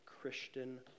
Christian